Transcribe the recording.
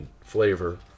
flavor